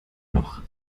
noch